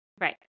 right